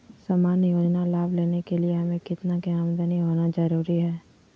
सामान्य योजना लाभ लेने के लिए हमें कितना के आमदनी होना जरूरी है?